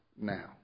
now